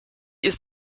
ist